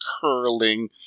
curling